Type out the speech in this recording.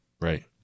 Right